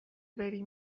بری